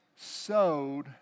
sowed